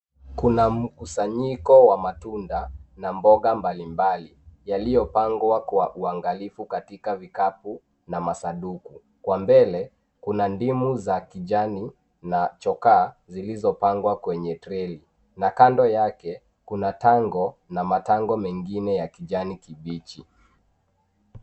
Kuna mkusanyiko wa matunda na mboga mbalimbali yaliyopangwa kwa uangalifu katika vikapu na masanduku. Kwa mbele, kuna ndimu za kijani na chokaa zilizopangwa kwenye treli na kando yake kuna tango na matango mengine ya kijani kibichi.